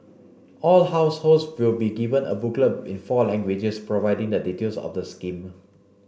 all households will be given a booklet in four languages providing the details of the scheme